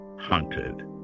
haunted